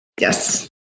Yes